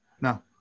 No